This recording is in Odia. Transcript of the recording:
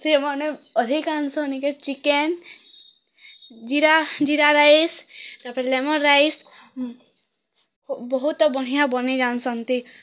ସିଏ ମାନେ ଅଧିକାଂଶ ନିକେ ଚିକେନ୍ ଜିରା ଜିରା ରାଇସ୍ ତା ପରେ ଲେମନ୍ ରାଇସ୍ ବହୁତ ବଢ଼ିଆ ବନେଇ ଜାଣୁସନ୍ତି